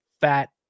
fat